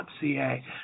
.ca